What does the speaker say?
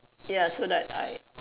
ya so that I